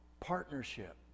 partnership